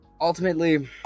Ultimately